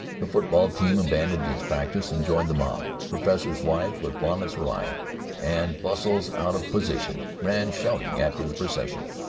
the football team abandoned its practice and joined the mob, professors' wives with bonnets awry and bustles out of position, ran shouting after the procession,